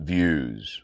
Views